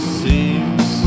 seems